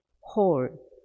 whole